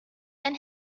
and